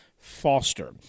Foster